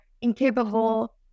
incapable